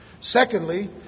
Secondly